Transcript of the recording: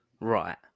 Right